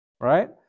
Right